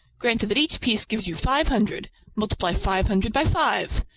granted that each piece gives you five hundred, multiply five hundred by five.